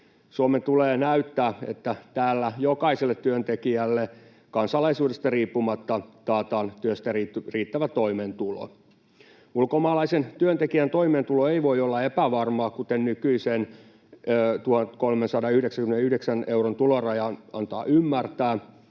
Suomen tulee näyttää, että täällä jokaiselle työntekijälle kansalaisuudesta riippumatta taataan työstä riittävä toimeentulo. Ulkomaalaisen työntekijän toimeentulo ei voi olla epävarmaa, kuten nykyisen 1 399 euron tuloraja antaa ymmärtää.